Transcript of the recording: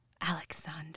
Alexander